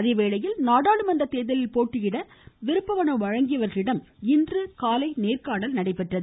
அதேவேளையில் நாடாளுமன்ற தேர்தலில் போட்டியிட விருப்பமனு வழங்கியவர்களிடம் இன்று நேர்காணல் நடைபெற்றது